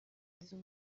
آرزو